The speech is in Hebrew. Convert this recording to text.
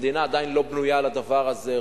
המדינה עדיין לא בנויה לדבר הזה,